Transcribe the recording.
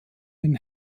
den